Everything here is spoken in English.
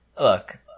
look